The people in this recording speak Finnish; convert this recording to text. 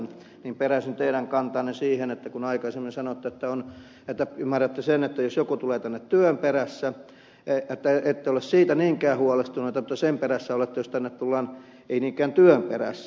että peräsin teidän kantaanne siihen kun aikaisemmin sanoitte että ymmärrätte sen jos joku tulee tänne työn perässä ette ole siitä niinkään huolestunut mutta sen takia olette jos tänne tullaan muuten ei niinkään työn perässä